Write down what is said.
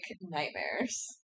nightmares